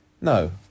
no